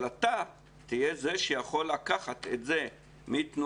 אבל אתה תהיה זה שתוכל לקחת את זה מתנועת